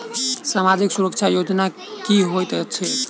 सामाजिक सुरक्षा योजना की होइत छैक?